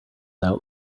out